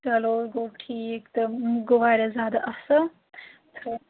چلو گوٚو ٹھیٖک تہٕ گوٚو واریاہ زیادٕ اَصٕل